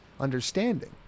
understanding